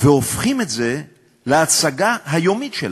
והופכים את זה להצגה היומית שלהם.